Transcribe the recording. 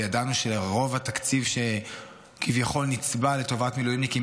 וידענו שרוב התקציב שכביכול נצבע לטובת מילואימניקים,